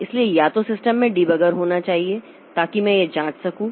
इसलिए या तो सिस्टम में डिबगर होना चाहिए ताकि मैं यह जांच कर सकूं